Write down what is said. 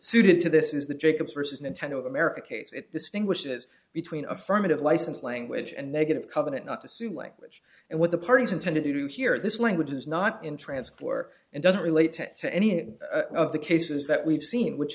suited to this is the jacobs versus nintendo of america case it distinguishes between affirmative license language and negative covenant not to sue language and what the parties intended to do here this language is not in transport and doesn't relate to any of the cases that we've seen which